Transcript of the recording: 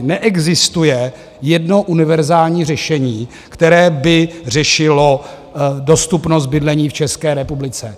Neexistuje jedno univerzální řešení, které by řešilo dostupnost bydlení v České republice.